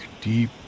deep